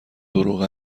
دروغ